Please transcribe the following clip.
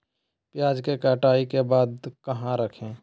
प्याज के कटाई के बाद कहा रखें?